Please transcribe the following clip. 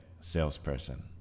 salesperson